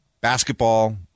basketball